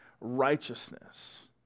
righteousness